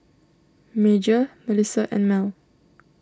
Major Melissa and Mell